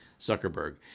Zuckerberg